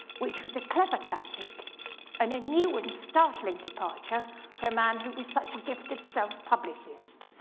which was a clever tactic and a new and startling departure for a man who was such a gifted self-publicist.